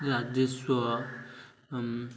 ରାଜସ୍ୱ